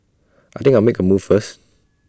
I think I'll make A move first